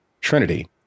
Trinity